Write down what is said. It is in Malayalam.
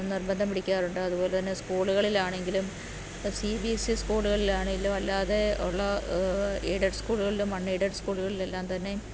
നിർബന്ധം പിടിക്കാറുണ്ട് അതുപോലെതന്നെ സ്കൂളുകളിൽ ആണെങ്കിലും സി ബി എസ് ഇ സ്കൂളുകളിലാണെലും അല്ലാതെ ഉള്ള എയ്ഡഡ് സ്കൂളുകളിലും അൺ എയ്ഡഡ് സ്കൂളുകളിലും എല്ലാം തന്നെ